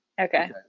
Okay